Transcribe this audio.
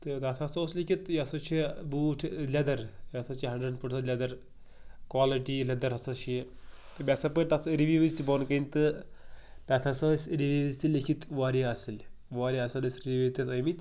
تہٕ تَتھ ہسا اوس لیٚکھِتھ یہِ ہسا چھُ بوٗٹھ ٲں لیٚدَر یہِ ہسا چھُ hundred percent leather quality leather ہسا چھُ یہِ تہٕ مےٚ ہَسا پٔرۍ تَتھ رِوِوٕز تہِ بۄن کٔنۍ تہٕ تَتھ ہسا ٲسۍ رِوِوٕز تہِ لیٚکھِتھ واریاہ اصٕل واریاہ اصٕل ٲسۍ رِوِوٕز تتھ ٲمِتۍ